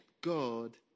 God